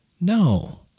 No